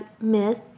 myth